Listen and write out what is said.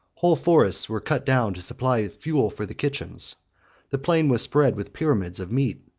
whole forests were cut down to supply fuel for the kitchens the plain was spread with pyramids of meat,